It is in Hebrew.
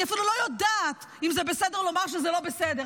אני אפילו לא יודעת אם זה בסדר לומר שזה לא בסדר.